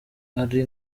ari